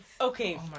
Okay